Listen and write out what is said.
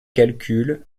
calculs